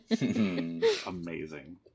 Amazing